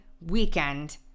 weekend